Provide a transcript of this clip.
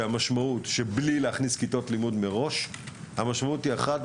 שהמשמעות אם לא יכניסו כיתות לימוד מראש היא אחת,